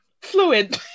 fluid